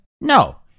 No